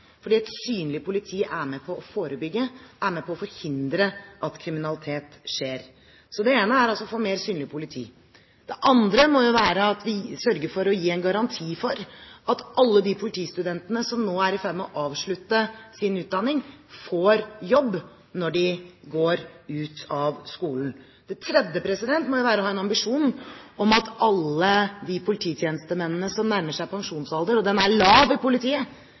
fordi et synlig politi er med på å forebygge, er med på å forhindre, at kriminalitet skjer. Så det ene er altså å få mer synlig politi. Det andre må jo være at vi sørger for å gi en garanti for at alle de politistudentene som nå er i ferd med å avslutte sin utdanning, får jobb når de går ut av skolen. Det tredje må være å ha en ambisjon om at alle de polititjenestemennene som nærmer seg pensjonsalderen – og den er lav i politiet